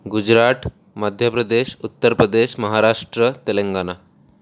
Gujarat Madhya Pradesh Uttar Pradesh Maharashtra Telangana